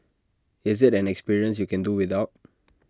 is IT an experience you can do without